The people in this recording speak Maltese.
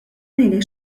ngħidlek